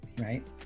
right